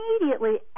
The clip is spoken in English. immediately